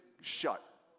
shut